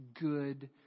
good